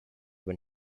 when